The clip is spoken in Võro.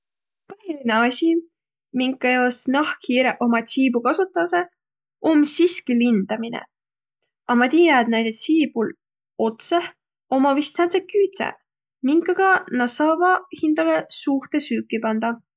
Põhilinõ asi, minkajaos nahkhiireq umma tsiibu kasutasõq, om siski lindaminõ. A ma tiiä, et naidõ tsiibul otsõh ommaq vist sääntseq küüdseq, minkaga nä saavaq hindäle suuhtõ süüki pandaq.